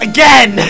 Again